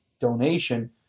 donation